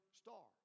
star